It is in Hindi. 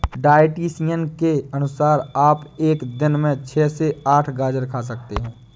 डायटीशियन के अनुसार आप एक दिन में छह से आठ गाजर खा सकते हैं